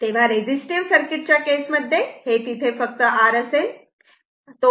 तेव्हा resistive circuit च्या case मध्ये हे तिथे फक्त R असेल